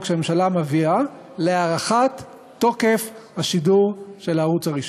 שהממשלה מביאה להארכת תוקף השידור של הערוץ הראשון.